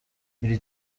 iri